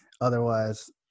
Otherwise